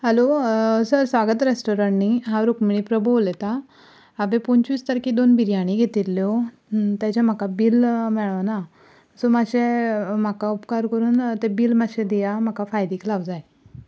hello sir Swagat restaurant न्ही हांव रुक्मिणी प्रभू उलयतां हांवें पंचवीस तारके दोन बिरयानी घेतिल्ल्यो तेजे म्हाका बील मेळना सो मातशें म्हाका उपकार करून तें बील मातशें दिया म्हाका फायलीक लावं जाय